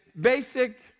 basic